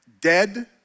dead